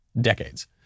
decades